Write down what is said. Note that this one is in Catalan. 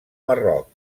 marroc